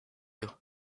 you